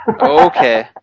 Okay